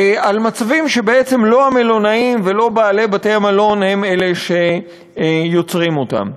על מצבים שלא המלונאים ולא בעלי בתי-המלון הם אלה שיוצרים אותם.